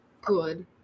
good